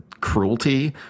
cruelty